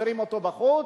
השאירו אותו בחוץ.